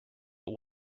but